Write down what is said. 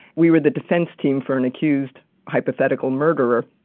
we were the defense team for an accused hypothetical murderer.